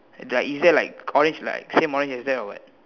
like is there like orange like same orange as that or what